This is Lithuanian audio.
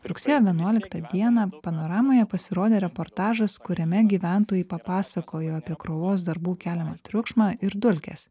rugsėjo vienuoliktą dieną panoramoje pasirodė reportažas kuriame gyventojai papasakojo apie krovos darbų keliamą triukšmą ir dulkes